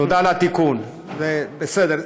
תודה על התיקון, בסדר.